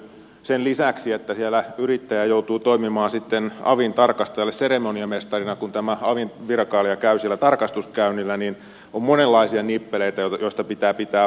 sen lisäksi että siellä yrittäjä joutuu toimimaan avin tarkastajalle seremoniamestarina kun tämä avin virkailija käy siellä tarkastuskäynnillä on monenlaisia nippeleitä joista pitää pitää huoli